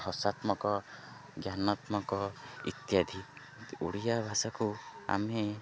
ହସାତ୍ମକ ଜ୍ଞାନତ୍ମକ ଇତ୍ୟାଦି ଓଡ଼ିଆ ଭାଷାକୁ ଆମେ